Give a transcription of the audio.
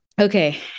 Okay